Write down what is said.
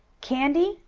candy?